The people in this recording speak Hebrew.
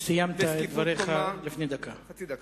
סיימת את דבריך לפני דקה.